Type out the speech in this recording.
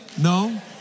No